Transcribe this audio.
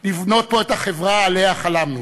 לבנות פה את החברה שעליה חלמנו.